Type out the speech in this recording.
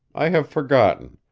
i have forgotten,